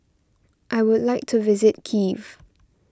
I would like to visit Kiev